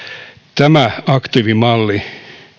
tämä aktiivimalli